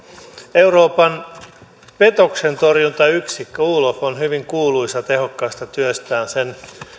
euroopan petoksentorjuntayksikkö olaf on hyvin kuuluisa tehokkaasta työstään sen